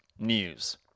News